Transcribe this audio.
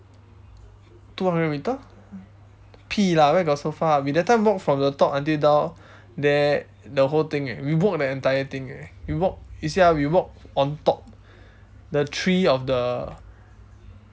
two hundred meter 屁 lah where got so far we that time walk from the top until down there the whole thing eh we walk the entire thing eh we walk you see ah we walk on top the three of the